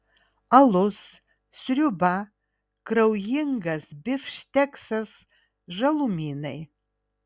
alus sriuba kraujingas bifšteksas žalumynai